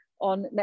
on